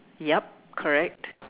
yup correct